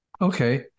Okay